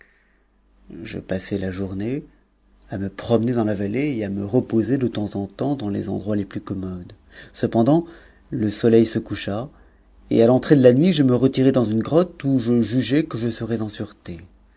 je passai la journée à me promener dans la vallée et à me reposer de temps en temps dans les endroits les plus commodes cependant le soleil coucha et à l'entrée de la nuit je me retirai dans une grotte où je lugeai que je serais en sûreté